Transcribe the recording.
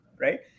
right